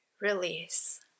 release